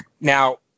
Now